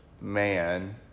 man